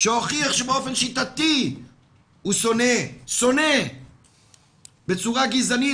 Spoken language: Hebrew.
שהוכיח שבאופן שיטתי הוא שונא בצורה גזענית